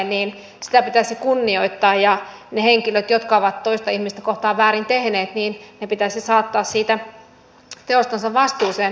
että sitä pitäisi kunnioittaa ja ne henkilöt jotka ovat toista ihmistä kohtaan väärin tehneet pitäisi saattaa siitä teostansa vastuuseen